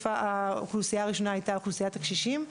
האוכלוסייה הראשונה היתה אוכלוסיית הקשישים.